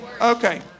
Okay